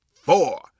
four